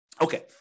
Okay